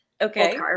Okay